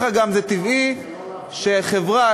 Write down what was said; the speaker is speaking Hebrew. זה גם טבעי שחברה,